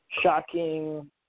Shocking